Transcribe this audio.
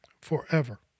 forever